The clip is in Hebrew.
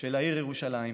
של העיר ירושלים.